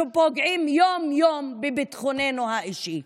שפוגעות יום-יום בביטחוננו האישי.